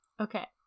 Okay